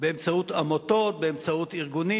באמצעות עמותות, באמצעות ארגונים.